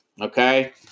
okay